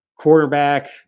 quarterback